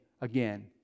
again